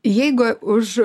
jeigu už